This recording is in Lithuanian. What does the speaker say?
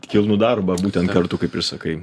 kilnų darbą būtent kartu kaip ir sakai